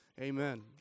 Amen